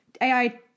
AI